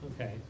okay